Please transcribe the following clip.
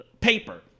paper